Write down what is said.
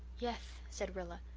yeth, said rilla,